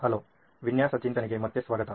hello ವಿನ್ಯಾಸ ಚಿಂತನೆಗೆ ಮತ್ತೆ ಸ್ವಾಗತ